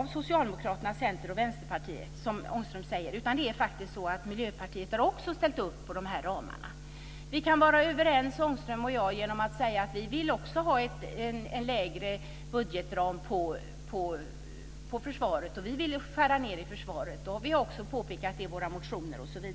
av Socialdemokraterna, Centern och Vänsterpartiet, som Ångström säger. Miljöpartiet har också ställt upp på de ramarna. Vi kan vara överens, Ångström och jag, genom att säga att Vänsterpartiet också vill ha en lägre budgetram för försvaret. Vi vill skära ned i försvaret. Det har vi också påpekat i våra motioner osv.